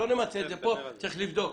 צריך לבדוק.